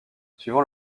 suivant